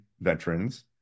veterans